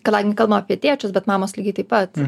kadangi kalbam apie tėčius bet mamos lygiai taip pat